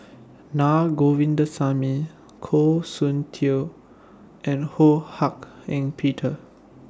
Naa Govindasamy Goh Soon Tioe and Ho Hak Ean Peter